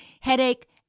headache